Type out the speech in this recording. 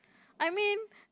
I mean